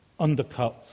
undercuts